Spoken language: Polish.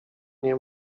nie